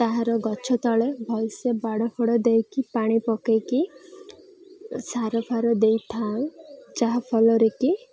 ତାହାର ଗଛ ତଳେ ଭଲସେ ବାଡ଼ ଫାଡ଼ ଦେଇକି ପାଣି ପକେଇକି ସାର ଫାର ଦେଇଥାଉ ଯାହାଫଲରେ କି